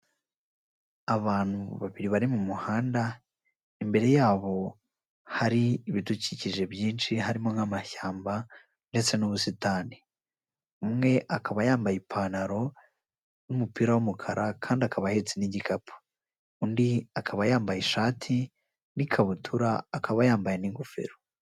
Abantu babiri bari mu muhanda, imbere yabo hari ibidukikije byinshi harimo nk'amashyamba ndetse n'ubusitani. Umwe akaba yambaye ipantaro n'umupira w'umukara kandi akaba ahetse n'igikapu. Undi akaba yambaye ishati n'ikabutura, akaba yambaye n'ingofero.